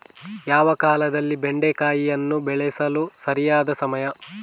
ಯಾವ ಕಾಲದಲ್ಲಿ ಬೆಂಡೆಕಾಯಿಯನ್ನು ಬೆಳೆಸಲು ಸರಿಯಾದ ಸಮಯ?